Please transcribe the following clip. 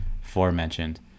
forementioned